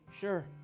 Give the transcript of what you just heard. sure